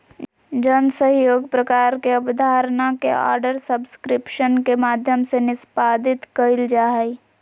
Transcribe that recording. जन सहइोग प्रकार के अबधारणा के आर्डर सब्सक्रिप्शन के माध्यम से निष्पादित कइल जा हइ